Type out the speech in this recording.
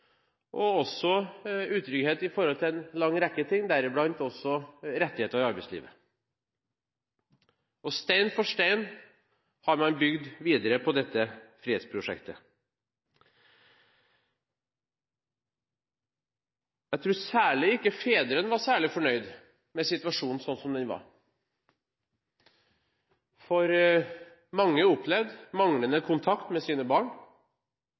og også utrygghet overfor en lang rekke ting, deriblant rettigheter i arbeidslivet. Stein for stein har man bygd videre på dette frihetsprosjektet. Jeg tror at spesielt fedrene ikke var særlig fornøyd med situasjonen slik som den var, for mange opplevde manglende kontakt med sine barn,